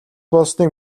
болсныг